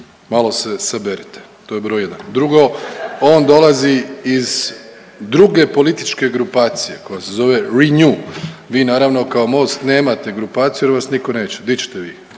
malo se saberite, to je broj jedan. Drugo, on dolazi iz druge političke grupacije koja se zove Renew, vi naravno kao Most nemate grupaciju jer vas niko neće, di ćete vi,